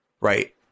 right